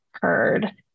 heard